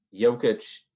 Jokic